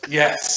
yes